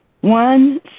One